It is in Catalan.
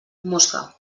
mosca